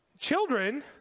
children